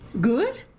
Good